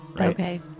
Okay